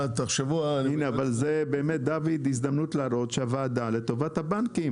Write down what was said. זו הזדמנות להראות שהוועדה לטובת הבנקים,